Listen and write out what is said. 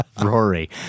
Rory